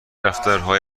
رفتارهای